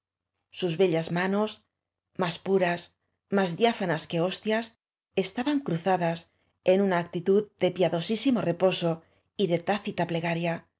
sus bellas manos más puras más diáfanas que hostias estaban cruzadas en una actitud de pía dosísimo reposo y de tácita plegaria